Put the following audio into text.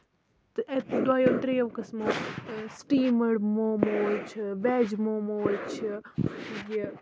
تہٕ اَکہِ دوٚیو تریٚیو قٔسمَو سِٹیٖمٔڈ موموز چھِ ویج موموز چھِ یہِ